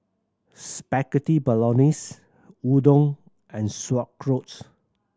Spaghetti Bolognese Udon and Sauerkraut